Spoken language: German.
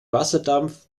wasserdampf